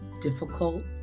difficult